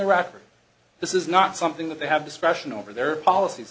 rafters this is not something that they have discretion over their policies